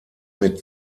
mit